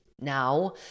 Now